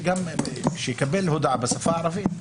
שיקבל הודעה בשפה הערבית.